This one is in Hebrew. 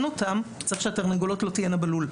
אותם צריך שהתרנגולות לא תהיינה בלול.